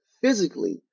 physically